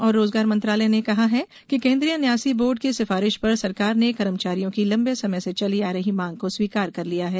श्रम और रोजगार मंत्रालय ने कहा कि केंद्रीय न्यासी बोर्ड की सिफारिश पर सरकार ने कर्मचारियों की लम्बे समय से चली आ रही मांग को स्वीकार कर लिया है